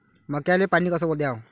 मक्याले पानी कस द्याव?